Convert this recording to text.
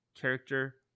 character